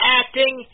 acting